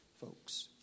folks